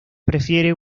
prefiere